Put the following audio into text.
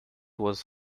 was